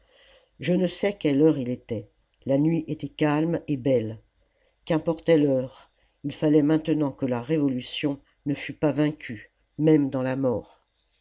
je ne sais quelle heure il était la nuit était calme et belle qu'importait l'heure il fallait maintenant que la révolution ne fût pas vaincue même dans la mort